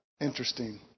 interesting